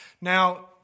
Now